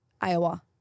Iowa